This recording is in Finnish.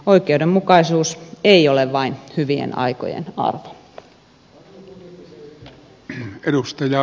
oikeudenmukaisuus ei ole vain hyvien aikojen arvo